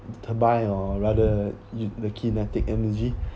turbine or rather the kinetic energy